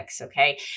Okay